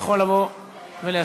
יכול לבוא להשיב.